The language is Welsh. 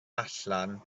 allan